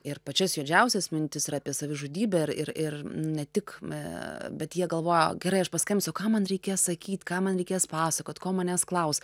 ir pačias juodžiausias mintis ir apie savižudybę ir ir ir ne tik me bet jie galvoja o gerai aš paskambinsiu o ką man reikės sakyt ką man reikės pasakot ko manęs klaus